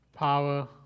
power